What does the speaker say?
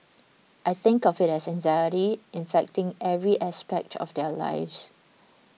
I think of it as anxiety infecting every aspect of their lives